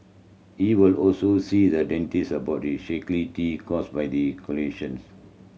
he will also see the dentist about his shaky teeth caused by the collisions